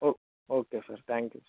oh okay sir thank you sir